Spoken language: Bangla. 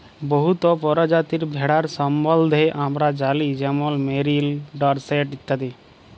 বহুত পরজাতির ভেড়ার সম্বল্ধে আমরা জালি যেমল মেরিল, ডরসেট ইত্যাদি